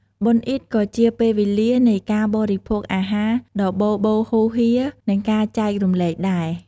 បុណ្យអ៊ីឌក៏ជាពេលវេលានៃការបរិភោគអាហារដ៏បរបូរហូរហៀរ និងការចែករំលែកដែរ។